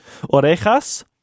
orejas